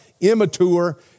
immature